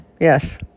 Yes